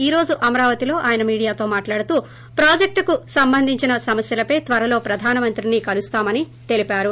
ఈ రోజు అమరావతిలో ఆయన మీడియాతో మాట్లాడుతూ ప్రాజెక్లుకు సంబంధించిన సమస్యలపై త్వరలో ప్రధానమంత్రిని కలుస్తామని తెలిపారు